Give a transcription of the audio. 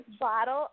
bottle